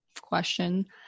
question